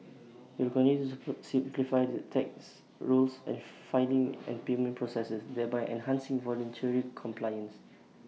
we will continue to put simplify the tax rules and filing and payment processes thereby enhancing voluntary compliance